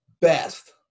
best